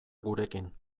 gurekin